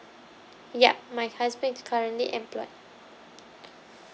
yup my husband is currently employed